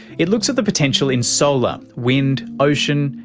it looks at the potential in solar, wind, ocean,